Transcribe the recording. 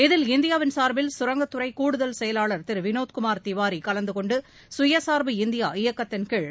இதில் இந்தியாவின் சார்பில் சுரங்கத்துறை கூடுதல் செயலாளர் திரு வினோத் குமார் திவாரி கலந்து கொண்டு சுயசார்பு இந்தியா இயக்கத்தின்கீழ்